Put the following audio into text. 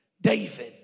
David